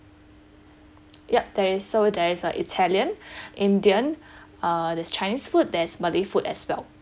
yup there is so there is uh italian indian uh there's chinese food there's malay food as well